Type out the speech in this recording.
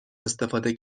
استفاده